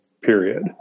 period